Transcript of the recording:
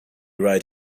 right